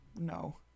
No